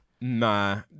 Nah